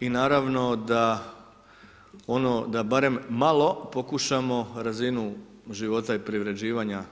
I naravno da ono barem malo pokušamo razinu života i privređivanja